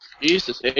Jesus